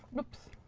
oops.